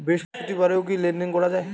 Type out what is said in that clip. বৃহস্পতিবারেও কি লেনদেন করা যায়?